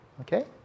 Okay